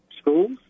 schools